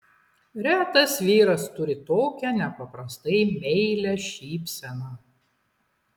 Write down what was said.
retas vyras turi tokią nepaprastai meilią šypseną